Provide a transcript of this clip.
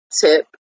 tip